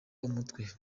umutwe